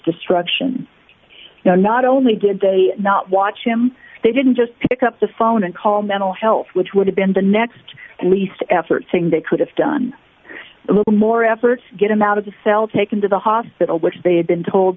destruction now not only did they not watch him they didn't just pick up the phone and call mental health which would have been the next least effort saying they could have done a little more effort to get him out of the cell taken to the hospital which they had been told